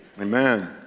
Amen